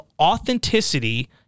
authenticity